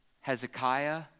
Hezekiah